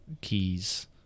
keys